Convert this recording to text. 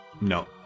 no